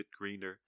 greener